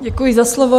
Děkuji za slovo.